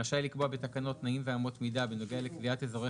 רשאי לקבוע בתקנות תנאים ואמות מידה בנוגע לקביעת אזורי